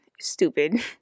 Stupid